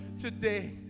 today